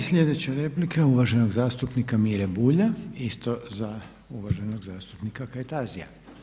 I sljedeća replika uvaženog zastupnika Mire Bulja isto za uvaženog zastupnika Kajtazija.